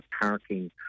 parking